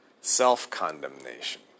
self-condemnation